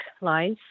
life